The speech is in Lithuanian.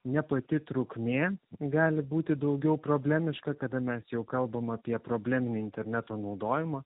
ne pati trukmė gali būti daugiau problemiška kada mes jau kalbam apie probleminį interneto naudojimą